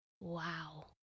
Wow